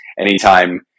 Anytime